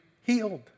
healed